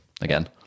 again